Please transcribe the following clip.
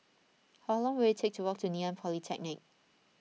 how long will it take to walk to Ngee Ann Polytechnic